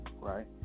right